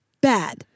bad